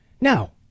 now